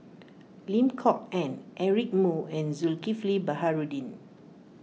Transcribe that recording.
Lim Kok Ann Eric Moo and Zulkifli Baharudin